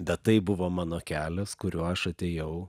bet tai buvo mano kelias kuriuo aš atėjau